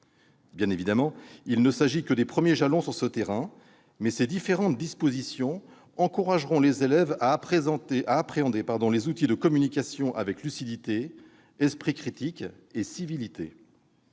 Bien évidemment, il ne s'agit que de premiers jalons sur cette voie, mais ces différentes dispositions encourageront les élèves à appréhender les outils de communication avec lucidité, esprit critique et civilité.